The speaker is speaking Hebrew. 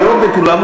לירות בכולם,